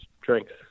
drinks